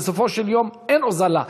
ובסופו של יום אין הוזלה.